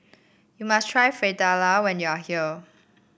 you must try Fritada when you are here